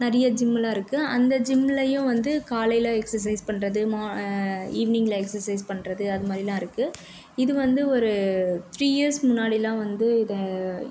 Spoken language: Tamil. நிறையா ஜிம்முலாம் இருக்குது அந்த ஜிம்முலேயும் வந்து காலையில் எக்ஸசைஸ் பண்ணுறது மா ஈவினிங்கில் எக்ஸசைஸ் பண்ணுறது அது மாதிரிலாம் இருக்குது இது வந்து ஒரு த்ரீ இயர்ஸ் முன்னாடிலாம் வந்து இதை